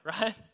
right